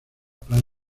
playa